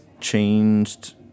changed